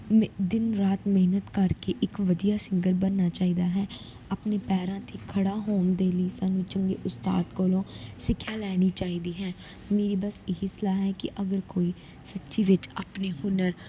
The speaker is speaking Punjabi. ਮੇ ਦਿਨ ਰਾਤ ਮਿਹਨਤ ਕਰਕੇ ਇੱਕ ਵਧੀਆ ਸਿੰਗਰ ਬਣਨਾ ਚਾਹੀਦਾ ਹੈ ਆਪਣੇ ਪੈਰਾਂ 'ਤੇ ਖੜ੍ਹਾ ਹੋਣ ਦੇ ਲਈ ਸਾਨੂੰ ਚੰਗੇ ਉਸਤਾਦ ਕੋਲੋਂ ਸਿੱਖਿਆ ਲੈਣੀ ਚਾਹੀਦੀ ਹੈ ਮੇਰੀ ਬਸ ਇਹੀ ਸਲਾਹ ਹੈ ਕਿ ਅਗਰ ਕੋਈ ਸੱਚੀ ਵਿੱਚ ਆਪਣੇ ਹੁਨਰ